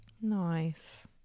Nice